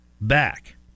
back